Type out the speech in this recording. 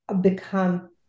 become